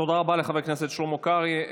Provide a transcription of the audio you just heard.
תודה רבה לחבר הכנסת שלמה קרעי.